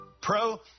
Pro